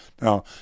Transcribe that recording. Now